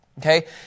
Okay